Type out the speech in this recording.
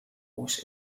was